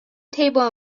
table